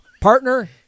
partner